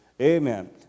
Amen